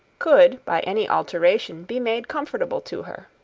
could, by any alteration, be made comfortable to her.